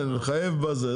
כן לחייב בזה,